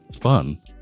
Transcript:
fun